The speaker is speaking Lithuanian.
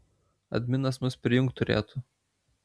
adminas mus prijungt turėtų